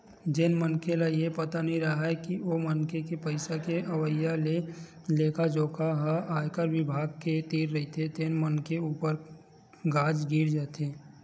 जेन मनखे ल ये पता नइ राहय के ओ मनखे के पइसा के अवई के लेखा जोखा ह आयकर बिभाग के तीर रहिथे तेन मनखे ऊपर गाज गिर जाथे